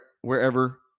wherever